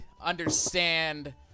understand